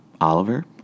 Oliver